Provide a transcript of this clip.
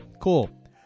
cool